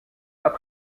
pas